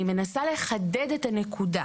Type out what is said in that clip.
אני מנסה לחדד את הנקודה.